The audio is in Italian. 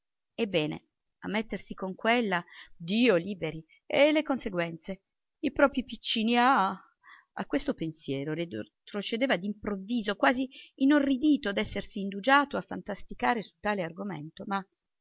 ebbene a mettersi con quella dio liberi e le conseguenze i proprii piccini ah a questo pensiero retrocedeva d'improvviso quasi inorridito d'essersi indugiato a fantasticare su tale argomento ma